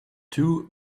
two